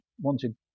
wanted